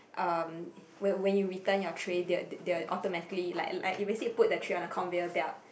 um when when you return your tray they'll they'll automatically like like it would say put the tray on the conveyor belt